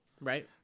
Right